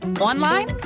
online